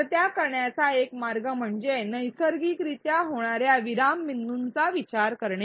तर त्या करण्याचा एक मार्ग म्हणजे नैसर्गिकरित्या होणार्या विराम बिंदूंचा विचार करणे